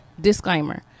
disclaimer